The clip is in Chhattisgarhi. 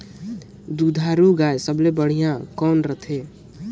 दुधारू गाय सबले बढ़िया कौन रथे?